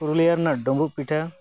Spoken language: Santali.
ᱯᱩᱨᱩᱞᱤᱭᱟ ᱨᱮᱱᱟᱜ ᱰᱳᱵᱳᱜ ᱯᱤᱴᱷᱟᱹ